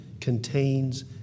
contains